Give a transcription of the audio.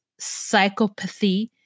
psychopathy